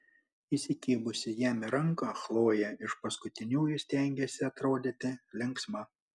įsikibusi jam į ranką chlojė iš paskutiniųjų stengėsi atrodyti linksma